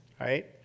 right